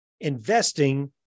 investing